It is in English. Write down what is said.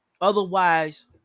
Otherwise